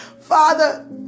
Father